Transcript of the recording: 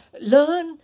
learn